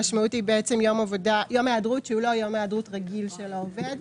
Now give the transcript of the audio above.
המשמעות היא בעצם יום היעדרות שהוא לא יום היעדרות רגיל של העובד.